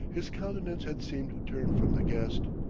his countenance had seemed turned from the guest.